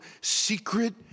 secret